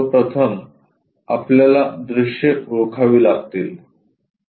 सर्वप्रथम आपल्याला दृश्ये ओळखावी लागतील